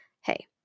hey